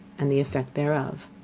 and the effect thereof.